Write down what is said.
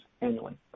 annually